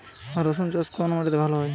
রুসুন চাষ কোন মাটিতে ভালো হয়?